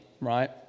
right